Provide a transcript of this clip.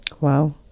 Wow